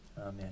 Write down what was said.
Amen